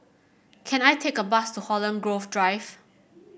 can I take a bus to Holland Grove Drive